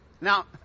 Now